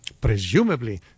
presumably